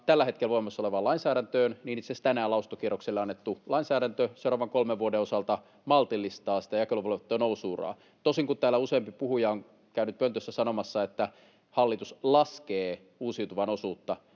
tällä hetkellä voimassa olevaan lainsäädäntöön itse asiassa tänään lausuntokierrokselle annettu lainsäädäntö seuraavan kolmen vuoden osalta maltillistaa sitä jakeluvelvoitteen nousu-uraa. Toisin kuin täällä useampi puhuja on käynyt pöntössä sanomassa, että hallitus laskee uusiutuvan osuutta,